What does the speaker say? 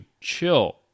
chill